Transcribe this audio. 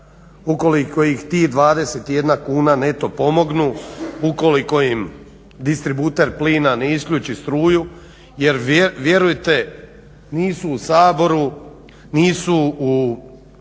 ukoliko ih ti 21 kuna neto pomognu, ukoliko im distributer plina ne isključi struju jer vjerujte nisu u Saboru, nisu u